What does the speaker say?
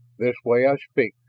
this way i speak.